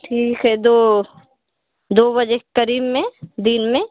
ठीक है दो दो बजे के करीब में दिन में